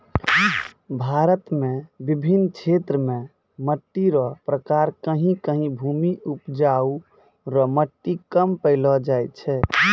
भारत मे बिभिन्न क्षेत्र मे मट्टी रो प्रकार कहीं कहीं भूमि उपजाउ रो मट्टी कम पैलो जाय छै